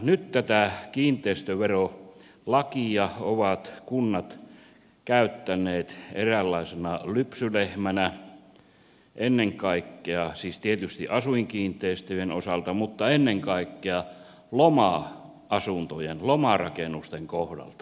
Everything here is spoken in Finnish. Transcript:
nyt tätä kiinteistöverolakia ovat kunnat käyttäneet eräänlaisena lypsylehmänä tietysti asuinkiinteistöjen osalta mutta ennen kaikkea loma asuntojen lomarakennusten kohdalta